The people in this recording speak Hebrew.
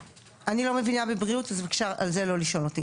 אני לא מבינה בבריאות אז בבקשה על זה לא לשאול אותי.